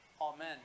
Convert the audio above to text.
amen